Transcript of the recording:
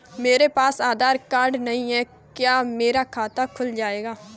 मेरे पास आधार कार्ड नहीं है क्या मेरा खाता खुल जाएगा?